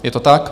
Je to tak?